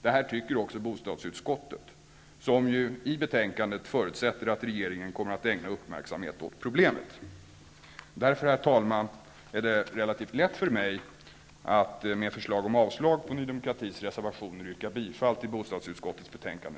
Detta tycker också bostadsutskottet, som i betänkandet förutsätter att regeringen kommer att ägna uppmärksamhet åt problemet. Därför, herr talman, är det relativt lätt för mig att med förslag om avslag på Ny demokratis reservationer yrka bifall till hemställan i bostadsutskottets betänkande